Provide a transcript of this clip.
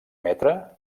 metre